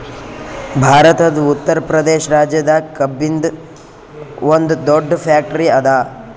ಭಾರತದ್ ಉತ್ತರ್ ಪ್ರದೇಶ್ ರಾಜ್ಯದಾಗ್ ಕಬ್ಬಿನ್ದ್ ಒಂದ್ ದೊಡ್ಡ್ ಫ್ಯಾಕ್ಟರಿ ಅದಾ